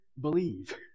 believe